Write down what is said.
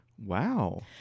wow